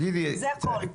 זה הכול.